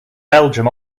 belgium